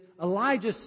Elijah